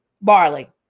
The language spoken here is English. Barley